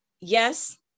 yes